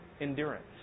endurance